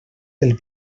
del